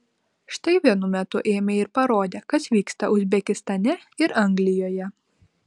štai vienu metu ėmė ir parodė kas vyksta uzbekistane ir anglijoje